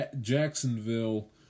Jacksonville